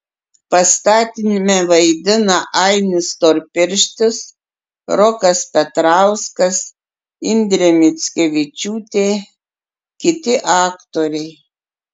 pastatyme vaidina ainis storpirštis rokas petrauskas indrė mickevičiūtė kiti aktoriai